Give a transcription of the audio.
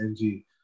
NG